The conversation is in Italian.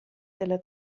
della